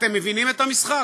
אתם מבינים את המשחק?